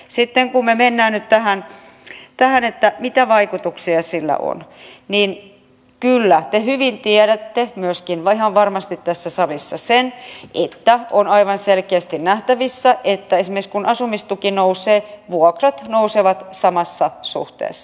sitten kun me menemme nyt tähän mitä vaikutuksia sillä on niin kyllä te hyvin tiedätte myöskin ihan varmasti tässä salissa sen että on aivan selkeästi nähtävissä että esimerkiksi kun asumistuki nousee vuokrat nousevat samassa suhteessa